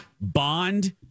Bond